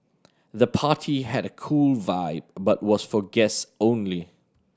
the party had a cool vibe but was for guest only